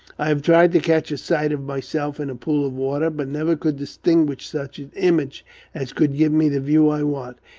i have tried to catch a sight of myself in a pool of water, but never could distinguish such an image as could give me the view i want.